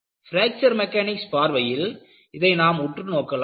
fracture mechanics பார்வையில் இதை நாம் உற்று நோக்கலாம்